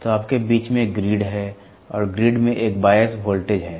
तो आपके बीच में एक ग्रिड है और ग्रिड में एक बायस वोल्टेज है